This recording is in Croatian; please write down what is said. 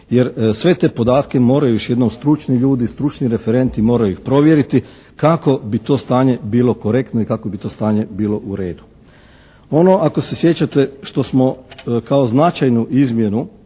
sve te podatke moraju još jednom stručni ljudi i stručni referenti moraju ih provjeriti kako bi to stanje bilo korektno i kako bi to stanje bilo u redu. Ono ako se sjećate što smo kao značajnu izmjenu